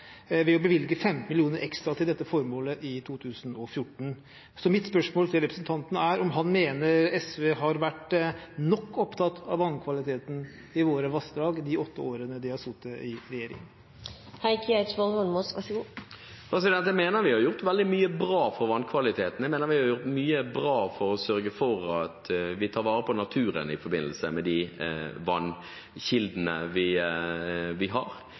ved å bevilge 15 mill. kr ekstra til dette formålet i 2014. Mitt spørsmål til representanten er: Mener han at SV har vært nok opptatt av vannkvaliteten i våre vassdrag de åtte årene de har sittet i regjering? Jeg mener vi har gjort veldig mye bra for vannkvaliteten. Jeg mener vi har gjort mye bra for å sørge for at vi tar vare på naturen i forbindelse med de vannkildene vi har. Vi har